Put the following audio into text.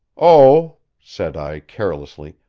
oh, said i carelessly,